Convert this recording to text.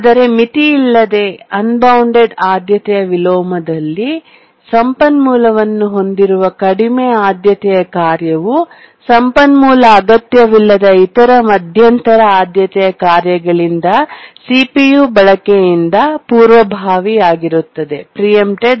ಆದರೆ ಮಿತಿಯಿಲ್ಲದ unbounded ಆದ್ಯತೆಯ ವಿಲೋಮದಲ್ಲಿಇನ್ವರ್ಶನ್ ಸಂಪನ್ಮೂಲವನ್ನು ಹೊಂದಿರುವ ಕಡಿಮೆ ಆದ್ಯತೆಯ ಕಾರ್ಯವು ಸಂಪನ್ಮೂಲ ಅಗತ್ಯವಿಲ್ಲದ ಇತರ ಮಧ್ಯಂತರ ಆದ್ಯತೆಯ ಕಾರ್ಯಗಳಿಂದ ಸಿಪಿಯು ಬಳಕೆಯಿಂದ ಪೂರ್ವಭಾವಿಯಾಗಿರುತ್ತದೆಪ್ರೀಂಪ್ಟಡ